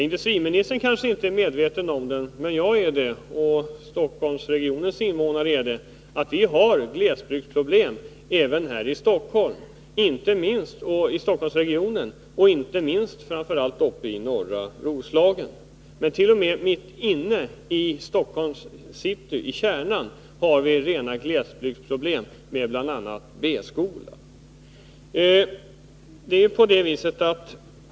Industriministern kanske inte är medveten om — men jag är det, och Stockholmsregionens invånare är det — att vi har glesbygdsproblem även här i Stockholmsregionen, och framför allt uppe i norra Roslagen. Men t.o.m. mitt inne i Stockholms city, i kärnan, har vi rena glesbygdsproblem med bl.a. B-skolor.